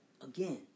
again